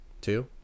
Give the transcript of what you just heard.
Two